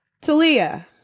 Talia